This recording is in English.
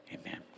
amen